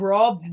Rob